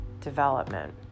development